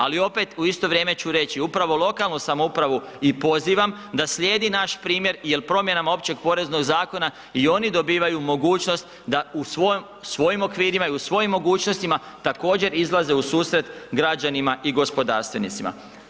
Ali opet u isto vrijeme ću reći, upravno lokalnu samoupravu i pozivam da slijedi naš primjer jel promjenama Općeg poreznog zakona i oni dobivaju mogućnost da u svojem, u svojim okvirima i u svojim mogućnostima također izlaze u susret građanima i gospodarstvenicima.